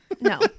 No